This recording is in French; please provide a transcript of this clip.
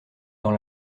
dans